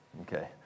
okay